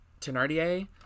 Tenardier